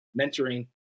mentoring